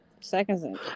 seconds